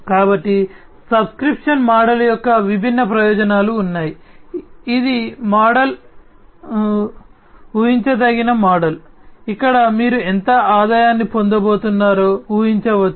కాబట్టి subscription model యొక్క విభిన్న ప్రయోజనాలు ఉన్నాయి ఇది మోడల్ ఊహించదగిన మోడల్ ఇక్కడ మీరు ఎంత ఆదాయాన్ని పొందబోతున్నారో ఊహించవచ్చు